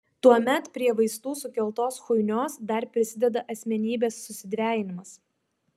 tuomet prie vaistų sukeltos chuinios dar prisideda asmenybės susidvejinimas